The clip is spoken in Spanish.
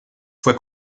fue